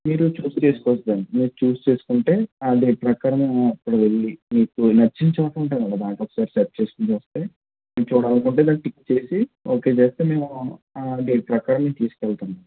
మీరు చూస్ చేసుకు వచ్చండి మీరు చూస్ చేసుకుంటే ఆ డేట్ ప్రకారం అప్పుడు వెళ్ళి మీకు నచ్చిన చోటు ఉంటుంది కదా దాన్ని బాగా ఒకసారి సర్చ్ చేసుకుని చూస్తే చూడాలి అనుకుంటే దాని టిక్ చేసి ఓకే చేస్తే మేము ఆ డేట్ ప్రకారం మేము తీసుకు వెళ్తాము